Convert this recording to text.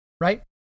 Right